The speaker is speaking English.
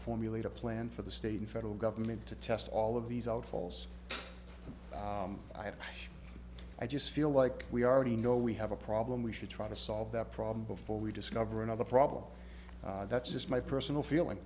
formulate a plan for the state and federal government to test all of these out holes i have i just feel like we are already know we have a problem we should try to solve that problem before we discover another problem that's just my personal feeling